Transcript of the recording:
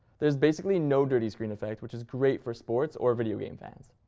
there's basically no dirty screen effect, which is great for sports or video game fans.